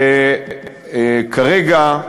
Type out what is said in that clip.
וכרגע,